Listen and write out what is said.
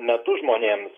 metu žmonėms